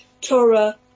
Torah